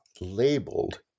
labeled